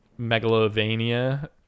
Megalovania